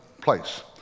place